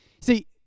See